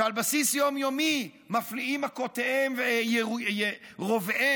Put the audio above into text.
שעל בסיס יום-יומי מפליאים מכותיהם ורוביהם